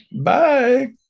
Bye